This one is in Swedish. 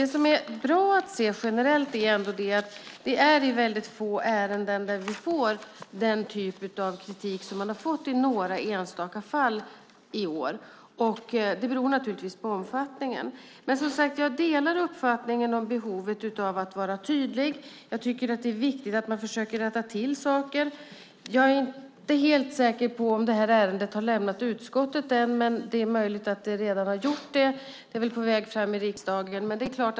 Det som är bra generellt sett är ändå att det är i mycket få ärenden vi får den typ av kritik som man i år i några enstaka fall har fått. Det beror naturligtvis på omfattningen. Jag delar, som sagt, uppfattningen om behovet av att vara tydlig och tycker att det är viktigt att man försöker rätta till saker. Men jag är inte helt säker på om det här ärendet ännu har lämnat utskottet; det är möjligt att det redan har gjort det och är på väg fram i riksdagen.